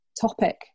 topic